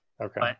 Okay